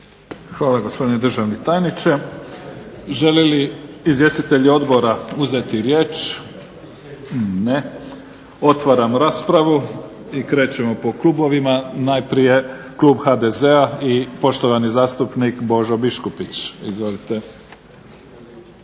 Hvala gospodine državni tajniče. Žele li izvjestitelji odbora uzeti riječ? Ne. Otvaram raspravu. I krećemo po klubovima. Najprije klub HDZ-a i poštovani zastupnik Božo Biškupić. Izvolite.